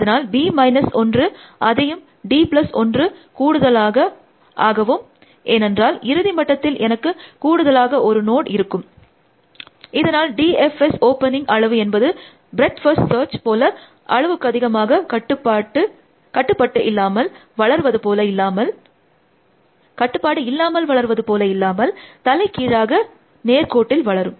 அதனால் b minus 1 அதையும் d plus 1 கூடுதலாகவும் ஏனென்றால் இறுதி மட்டத்தில் எனக்கு கூடுதலாக ஒரு நோட் இருக்கும் இதனால் D F S ஓப்பனிங் அளவு என்பது ப்ரெட்த் ஃபர்ஸ்ட் சர்ச் போல அளவுக்கதிகமாக கட்டுப்பாடு இல்லாமல் வளர்வது போல இல்லாமல் தலை கீழாக நேர்கோட்டில் வளரும்